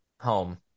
home